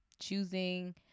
choosing